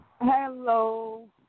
Hello